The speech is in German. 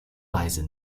weise